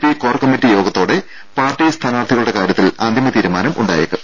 P core committee യോഗത്തോടെ party സ്ഥാനാർത്ഥികളുടെ കാര്യത്തിൽ അന്തിമ തീരുമാനമായേക്കും